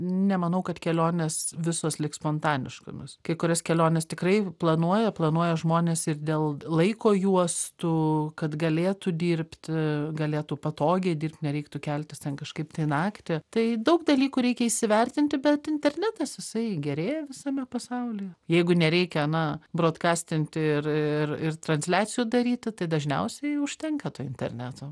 nemanau kad kelionės visos liks spontaniškomis kai kurias keliones tikrai planuoja planuoja žmonės ir dėl laiko juostų kad galėtų dirbti galėtų patogiai dirbt nereiktų keltis ten kažkaip tai naktį tai daug dalykų reikia įsivertinti bet internetas jisai gerėja visame pasaulyje jeigu nereikia na brodkastinti ir ir ir transliacijų daryti tai dažniausiai užtenka to interneto